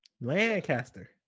Lancaster